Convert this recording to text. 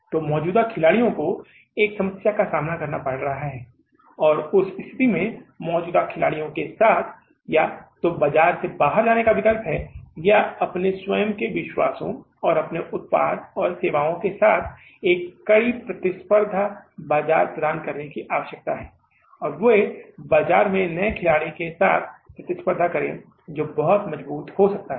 तो मौजूदा खिलाड़ियों को एक समस्या का सामना करना पड़ रहा है और उस स्थिति में मौजूदा खिलाड़ियों के साथ या तो बाजार से बाहर जाने का विकल्प है या अपने स्वयं के विश्वासों और अपने उत्पाद और सेवाओं के साथ एक कड़ी प्रतिस्पर्धा बाजार प्रदान करने की आवश्यकता है और वो बाज़ार में नए खिलाड़ी के साथ प्रतिस्पर्धा करें जो बहुत मजबूत हो सकता है